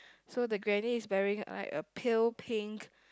so the granny is wearing like a pale pink